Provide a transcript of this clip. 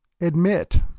admit